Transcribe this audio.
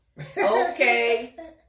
Okay